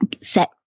set